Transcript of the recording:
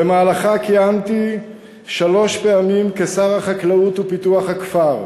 במהלכה כיהנתי שלוש פעמים כשר החקלאות ופיתוח הכפר,